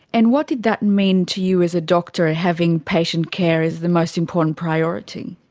and what did that mean to you as a doctor, having patient care as the most important priority?